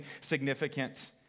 significant